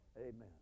Amen